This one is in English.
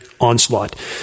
onslaught